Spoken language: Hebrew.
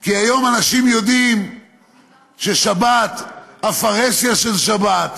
כי היום אנשים יודעים ששבת, הפרהסיה של שבת,